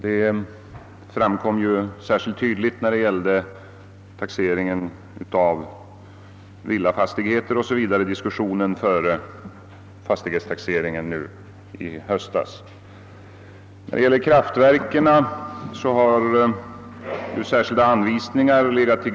Den saken framkom särskilt tydligt under de diskussioner i höstas som föregick den nya fastighetstaxeringen. När det gäller kraftverken har särskilda anvisningar legat till.